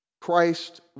Christ